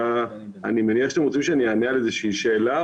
אתם רוצים שאני אענה על איזושהי שאלה?